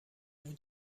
اون